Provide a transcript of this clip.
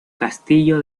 castillo